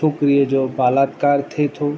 छोकिरियूं जो बलात्कार थिए थो